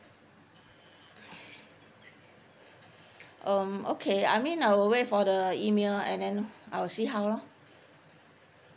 um okay I mean I will wait for the email and then I will see how lor